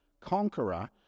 conqueror